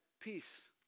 Peace